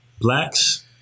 Blacks